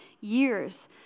years